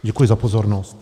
Děkuji za pozornost.